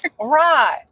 Right